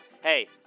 Hey